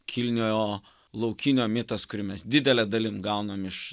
kilniojo laukinio mitas kurį mes didele dalim gaunam iš